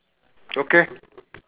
okay